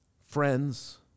friends